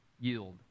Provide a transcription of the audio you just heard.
yield